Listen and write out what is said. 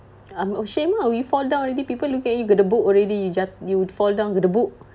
I'm ashamed lah we fall down already people look at you with the book already you ja~ you fall down with the book